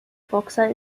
boxer